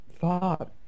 thought